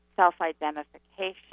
self-identification